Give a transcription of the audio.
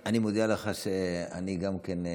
אני מודיע לך שאני גם כן,